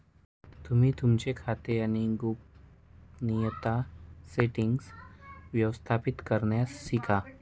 तुम्ही तुमचे खाते आणि गोपनीयता सेटीन्ग्स व्यवस्थापित करण्यास शिका